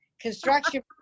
construction